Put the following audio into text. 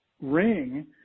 ring